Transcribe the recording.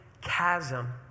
chasm